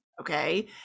okay